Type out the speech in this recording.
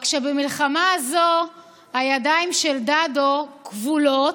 רק שבמלחמה הזאת הידיים של דדו כבולות,